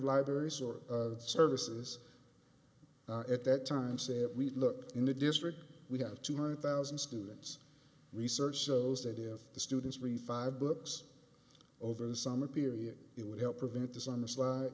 libraries or services at that time said we'd look in the district we have two hundred thousand students research shows that if the students really five books over the summer period it would help prevent this on the sl